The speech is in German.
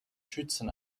schützen